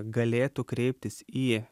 galėtų kreiptis į